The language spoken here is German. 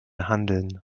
handeln